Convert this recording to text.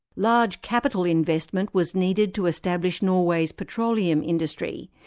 large capital investment was needed to establish norway's petroleum industry.